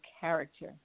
character